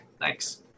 Thanks